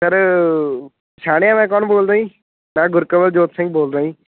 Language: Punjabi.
ਸਰ ਪਛਾਣਿਆ ਮੈਂ ਕੌਣ ਬੋਲਦਾ ਜੀ ਮੈਂ ਗੁਰਕਵਲ ਜੋਤ ਸਿੰਘ ਬੋਲ ਰਿਹਾ ਜੀ